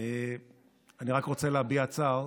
אני רק רוצה להביע צער